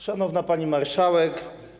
Szanowna Pani Marszałek!